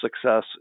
success